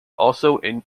also